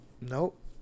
Nope